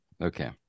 Okay